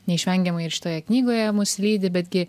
neišvengiamai ir ištoje knygoje mus lydi betgi